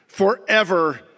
forever